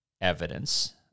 evidence